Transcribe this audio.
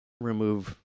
remove